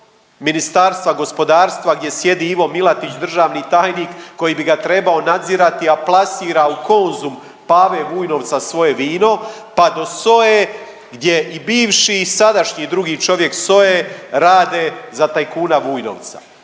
Ministarstva gospodarstva gdje sjedi Ivo Milatić, državni tajnik, koji bi ga trebao nadzirati, a plasira u Konzum Pave Vujnovca svoje vino, pa do SOA-e gdje i bivši i sadašnji drugi čovjek SOA-e rade za tajkuna Vujnovca.